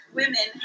women